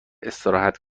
استراحت